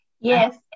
Yes